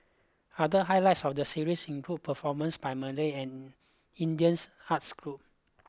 other highlights of the series include performances by Malay and Indian's arts groups